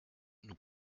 nous